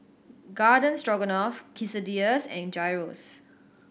Garden Stroganoff Quesadillas and Gyros